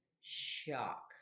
shock